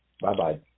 Bye-bye